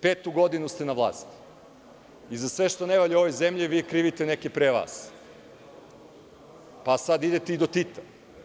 Petu godinu ste na vlasti i za sve što ne valja u ovoj zemlji vi krivite neke pre vas, pa sad idete i do Tita.